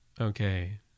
Okay